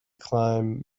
can